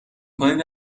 کنید